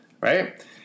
Right